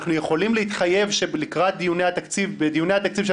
אנחנו יכולים להתחייב שבדיוני התקציב של